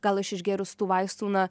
gal aš išgėrus tų vaistų na